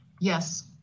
Yes